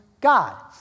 God